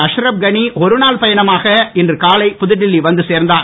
அஷ்ரஃப் கனி ஒரு நாள் பயணமாக இன்று காலை புதுடெல்லி வந்து சேர்ந்தார்